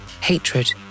hatred